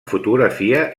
fotografia